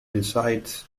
decides